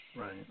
Right